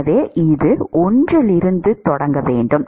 எனவே இது 1 இல் இருந்து தொடங்க வேண்டும்